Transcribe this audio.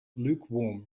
lukewarm